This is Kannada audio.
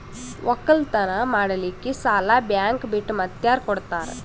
ಒಕ್ಕಲತನ ಮಾಡಲಿಕ್ಕಿ ಸಾಲಾ ಬ್ಯಾಂಕ ಬಿಟ್ಟ ಮಾತ್ಯಾರ ಕೊಡತಾರ?